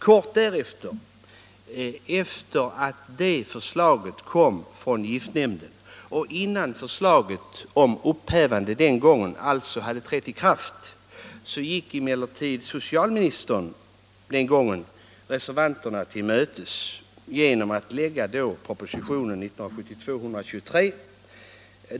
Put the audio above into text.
Kort därefter, efter det att förslaget kommit från giftnämnden men innan förslaget om upphävande den gången hade trätt i kraft, gick emel Nr 95 lertid socialministern reservanterna till mötes genom att lägga propo Torsdagen den sitionen 1972:23.